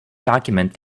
document